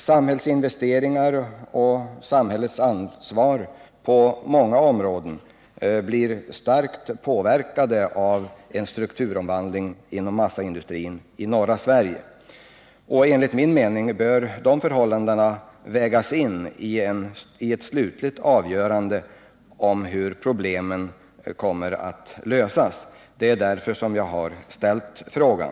Samhällets investeringar och ansvar inom många områden blir starkt påverkade av en strukturomvandling inom massaindustrin i norra Sverige. Enligt min mening bör också detta förhållande vägas in i ett slutligt avgörande av hur problemen skall lösas. Det är en annan anledning till att jag har ställt min fråga.